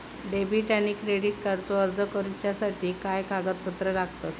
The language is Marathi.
डेबिट आणि क्रेडिट कार्डचो अर्ज करुच्यासाठी काय कागदपत्र लागतत?